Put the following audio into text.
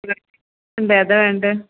ഇതൊക്കെ ഉണ്ട് ഏതാണ് വേണ്ടത്